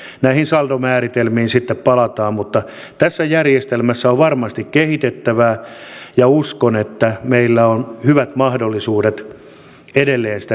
näihin saldomääritelmiin sitten palataan mutta tässä järjestelmässä on varmasti kehitettävää ja uskon että meillä on hyvät mahdollisuudet edelleen sitä kehittää